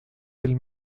del